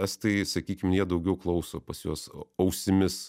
estai sakykim jie daugiau klauso pas juos ausimis